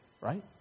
Right